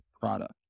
product